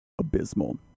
abysmal